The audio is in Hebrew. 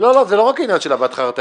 זה לא רק עניין של הבעת חרטה.